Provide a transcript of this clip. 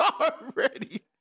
already